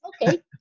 okay